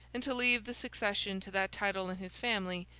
and to leave the succession to that title in his family,